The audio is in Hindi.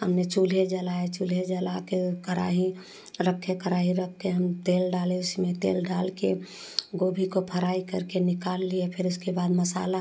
हमने चूल्हा जलाया चूल्हा जलाकर वह कढ़ाई रखे कढ़ाई रखकर हम तेल डाले उसमें तेल डाल कर गोभी को फराई करके निकाल लिए फिर उसके बाद मसाला